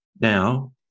Now